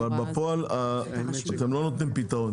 אבל בפועל אתם לא נותנים פתרון,